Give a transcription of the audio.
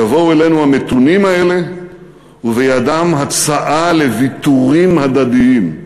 יבואו אלינו המתונים האלה ובידם הצעה לוויתורים הדדיים,